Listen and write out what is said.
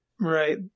Right